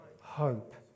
hope